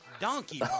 Donkey